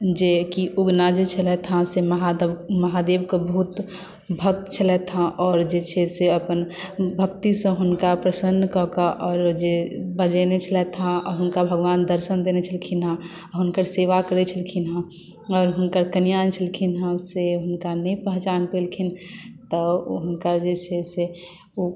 जेकि उगना जे छलथि हँ से महादेव के बहुत भक्त छलथि हँ आओर जे छै से अपन भक्तिसँ हुनका प्रसन्न कऽ कऽ आओरो जे बजैने छलथि हँ हुनक भगवान दर्शन देने छलखिन हँ हुनकर सेवा करै छलखिन हँ आओर हुनकर कनियाँ जे छलखिन हँ से हुनका नहि पहचान पैलखिन तऽ ओ हुनकर जे छै से